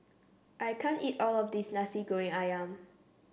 I can't eat all of this Nasi Goreng ayam